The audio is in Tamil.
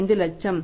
25 லட்சம்